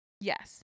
Yes